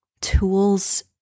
tools